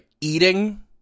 eating